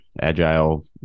agile